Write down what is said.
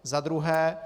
Za druhé.